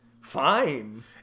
Fine